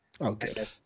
Okay